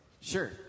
Sure